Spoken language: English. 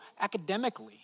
academically